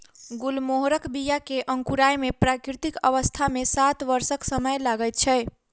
गुलमोहरक बीया के अंकुराय मे प्राकृतिक अवस्था मे सात वर्षक समय लगैत छै